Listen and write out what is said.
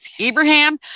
Ibrahim